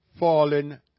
Fallen